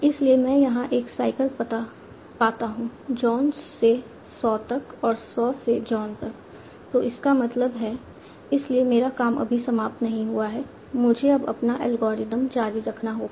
इसलिए मैं यहां एक साइकल पाता हूं जॉन से सॉ तक और सॉ से जॉन तक तो इसका मतलब है इसलिए मेरा काम अभी समाप्त नहीं हुआ है मुझे अब अपना एल्गोरिथ्म जारी रखना होगा